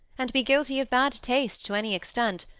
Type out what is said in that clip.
and be guilty of bad taste to any extent,